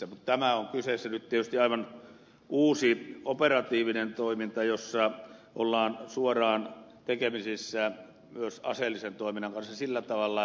mutta tässä on kyseessä tietysti aivan uusi operatiivinen toiminta jossa ollaan suoraan tekemisissä myös aseellisen toiminnan kanssa